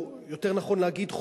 או יותר נכון להגיד,